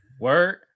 Word